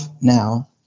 now